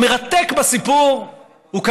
המרתק בסיפור הוא,